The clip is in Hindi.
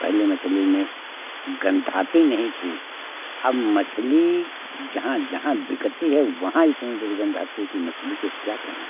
पहले मछली में गंध आती नहीं थी अब मछली जहाँ जहाँ बिकती है वहाँ इतनी दुर्गंध आती है कि मछली को क्या कहें